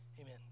Amen